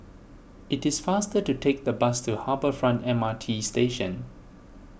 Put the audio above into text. it is faster to take the bus to Harbour Front M R T Station